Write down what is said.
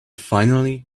finally